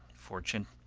fortune,